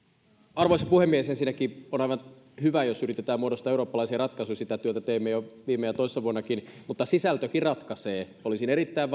arvoisa puhemies ensinnäkin on aivan hyvä jos yritetään muodostaa eurooppalaisia ratkaisuja sitä työtä teimme jo viime ja toissa vuonnakin mutta sisältökin ratkaisee olisin erittäin